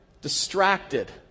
distracted